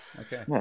Okay